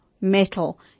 metal